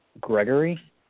Gregory